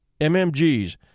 MMGs